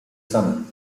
samym